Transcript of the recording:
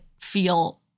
feel